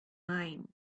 mind